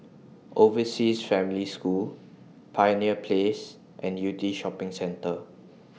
Overseas Family School Pioneer Place and Yew Tee Shopping Centre